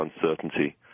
uncertainty